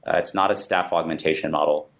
it's not a staff augmentation model.